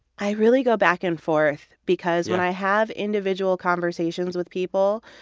i really go back and forth because when i have individual conversations with people,